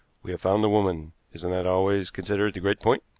we have found the woman. isn't that always considered the great point?